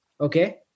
okay